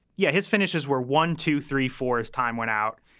yeah, his finishes were one, two, three, four as time went out.